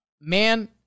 Man